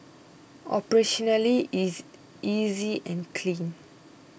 operationally it's easy and clean